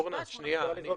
שבעה-שמונה חודשים?